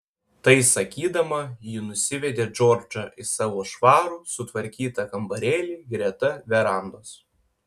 tai sakydama ji nusivedė džordžą į savo švarų sutvarkytą kambarėlį greta verandos